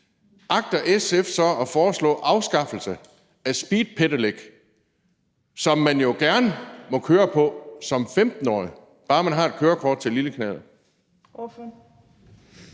agter at foreslå en afskaffelse af speedpedelec, som man jo gerne må køre på som 15-årig, bare man har et kørekort til en lille knallert.